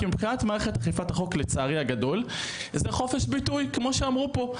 כי מבחינת מערכת אכיפת החוק לצערי הגדול זה חופש ביטוי כמו שאמרו פה.